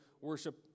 worship